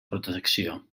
protecció